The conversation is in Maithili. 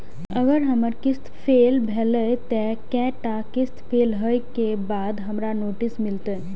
अगर हमर किस्त फैल भेलय त कै टा किस्त फैल होय के बाद हमरा नोटिस मिलते?